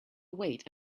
wait